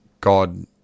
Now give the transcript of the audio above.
God